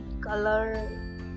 color